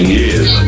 years